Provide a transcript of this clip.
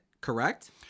correct